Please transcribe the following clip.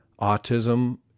Autism